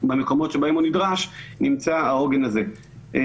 במקומות שבהם הוא נדרש נמצא העוגן הזה,